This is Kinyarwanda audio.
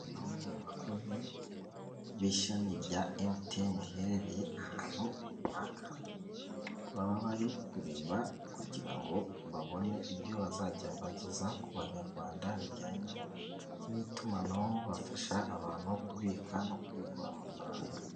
Bamwe mu bakozi b'ishami rya emutiyene riherereye ahantu runaka, baba bari kureba kugira ngo babone ibyo bazajya bageza ku banyarwanda bijyanye n'itumanaho, bafasha abantu kubika no kubikura amafaranga.